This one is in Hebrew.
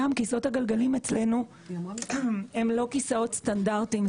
כיסאות הגלגלים אצלנו הם לא כיסאות סטנדרטיים.